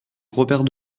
robert